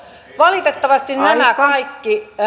valitettavasti nämä kaikki